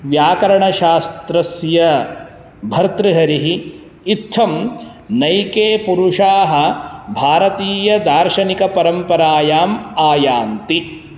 व्याकरणशास्त्रस्य भर्तृहरिः इत्थं अनेके पुरुषाः भारतीयदार्शनिकपरम्परायाम् आयान्ति